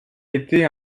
été